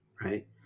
right